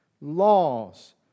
laws